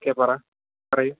okay പറ പറയൂ